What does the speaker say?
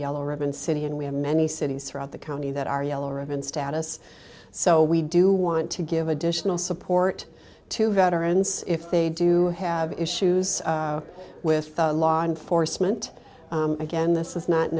yellow ribbon city and we have many cities throughout the county that are yellow ribbon status so we do want to give additional support to veterans if they do have issues with law enforcement again this is not